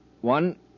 One